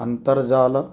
अन्तर्जाल